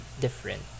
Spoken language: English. different